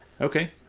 okay